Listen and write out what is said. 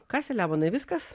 ką selemonai viskas